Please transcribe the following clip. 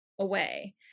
away